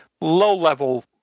low-level